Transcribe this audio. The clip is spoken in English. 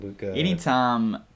Anytime